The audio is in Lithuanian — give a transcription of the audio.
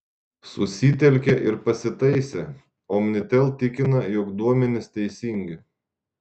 susitelkė ir pasitaisė omnitel tikina jog duomenys teisingi